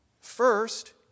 First